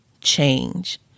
change